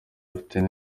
fitina